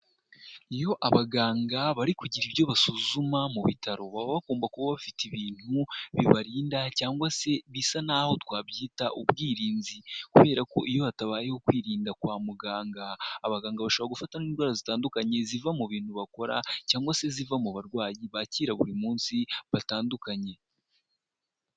Iyo abaganga bari kugira ibyo basuzuma mu bitaro, baba bagomba kuba bafite ibintu bibarinda cyangwa se bisa naho twabyita ubwirinzi, kubera ko iyo hatabayeho kwirinda kwa muganga, abaganga bashobora gufatwa n'indwara zitandukanye, ziva mu bintu bakora cyangwa se ziva mu barwayi bakira buri munsi batandukanye.